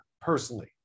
personally